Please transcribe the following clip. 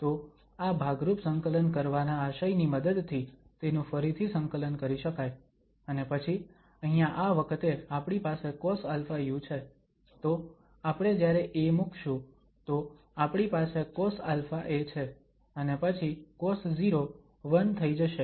તો આ ભાગરૂપ સંકલન કરવાના આશયની મદદથી તેનું ફરીથી સંકલન કરી શકાય અને પછી અહીંયા આ વખતે આપણી પાસે cosαu છે તો આપણે જ્યારે a મુકશું તો આપણી પાસે cosαa છે અને પછી cos0 1 થઈ જશે